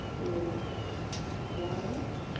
in wires,